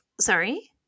sorry